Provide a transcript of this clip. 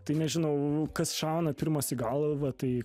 tai nežinau kas šauna pirmas į galvą tai